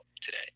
today